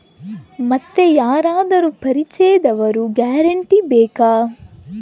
ಮತ್ತೆ ಯಾರಾದರೂ ಪರಿಚಯದವರ ಗ್ಯಾರಂಟಿ ಬೇಕಾ?